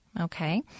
okay